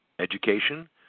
education